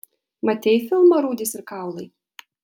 matei filmą rūdys ir kaulai